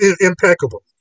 impeccable